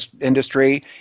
industry